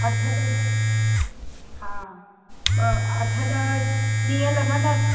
अठ ॾह हा ॿ अठ ॾह ॾींहं लॻंदा